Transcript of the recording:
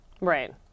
Right